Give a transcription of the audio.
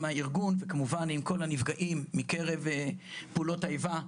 הארגון וכמובן עם כל הנפגעים מקרב פעולות האיבה.